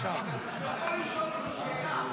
יכול לשאול אותו שאלה?